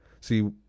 See